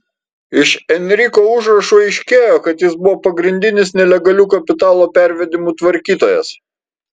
iš enriko užrašų aiškėjo kad jis buvo pagrindinis nelegalių kapitalo pervedimų tvarkytojas